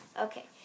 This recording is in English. Okay